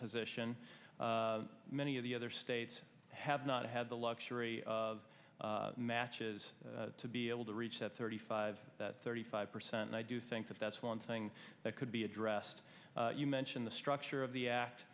position many of the other states have not had the luxury of matches to be able to reach that thirty five thirty five percent i do think that that's one thing that could be addressed you mentioned the structure of the act